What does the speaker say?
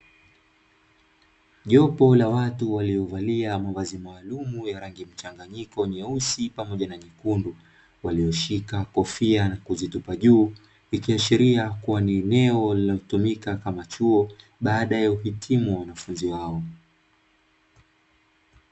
Jopo la watu waliovalia mavazi maalumu ya rangi mchanganyiko nyeusi pamoja na nyekundu, walioshika kofia na kuzitupa juu ikiashiria kuwa ni eneo linalotumika kama chuo baada uhitimu wa wanafunzi hao.